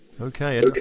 Okay